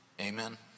amen